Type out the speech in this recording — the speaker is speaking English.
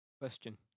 question